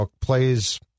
plays